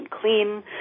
clean